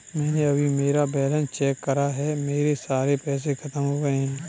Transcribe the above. मैंने अभी मेरा बैलन्स चेक करा है, मेरे सारे पैसे खत्म हो गए हैं